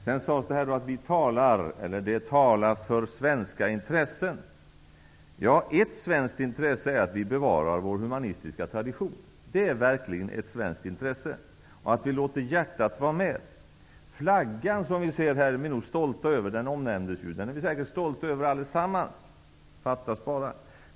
Det sades här att det talas för svenska intressen. Ett svenskt intresse är att vi bevarar vår humanitära tradition. Det är verkligen ett svenskt intresse att vi låter hjärtat vara med. Den flagga vi ser här i kammaren som omnämndes är vi säkerligen stolta över allesammans -- fattas bara!